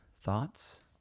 thoughts